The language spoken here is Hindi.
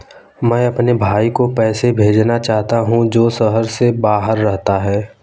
मैं अपने भाई को पैसे भेजना चाहता हूँ जो शहर से बाहर रहता है